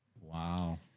Wow